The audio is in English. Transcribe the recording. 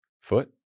foot